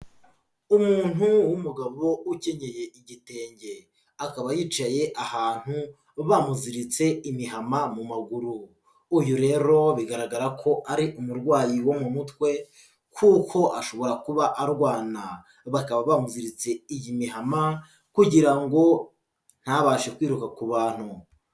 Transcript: Umuntu w'umugabo ukenyeye igitenge, akaba yicaye ahantu bamuziritse imihama mu maguru. Uyu rero bigaragara ko ari umurwayi wo mu mutwe, kuko ashobora kuba arwana. Bakaba bamugiritse iyi mihama kugira ngo ntabashe kwiruka ku bantu.